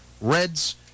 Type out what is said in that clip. Reds